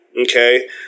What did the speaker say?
Okay